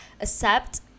Accept